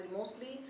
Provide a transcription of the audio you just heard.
Mostly